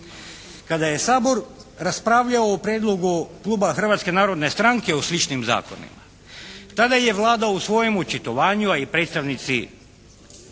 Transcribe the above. Kada je Sabor raspravljao o prijedlogu kluba Hrvatske narodne stranke o sličnim zakonima tada je Vlada u svojem očitovanju, a i predstavnici